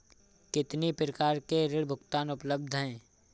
कितनी प्रकार के ऋण भुगतान उपलब्ध हैं?